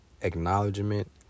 acknowledgement